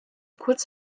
kurz